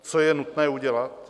Co je nutné udělat?